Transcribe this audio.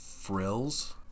frills